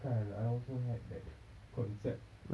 kan I also had that concept